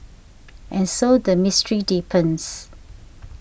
and so the mystery deepens